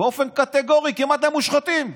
באופן קטגורי כמעט למושחתים.